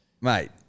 Mate